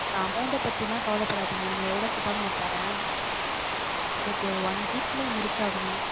நீங்கள் அமௌன்ட்டை பற்றிலாம் கவலைப்படாதீங்க நீங்கள் எவ்வளோ கேட்டாலும் நான் தரேன் எனக்கு ஒரு ஒன் வீக்கில் முடித்தாகணும்